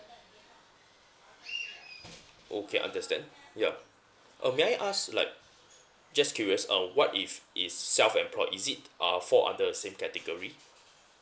okay understand ya uh may I ask like just curious uh what if is self employed is it uh fall under same category